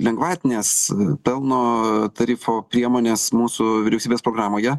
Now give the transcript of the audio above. lengvatinės pelno tarifo priemonės mūsų vyriausybės programoje